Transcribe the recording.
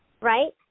right